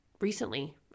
recently